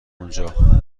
اونجا